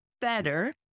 better